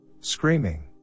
Screaming